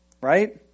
Right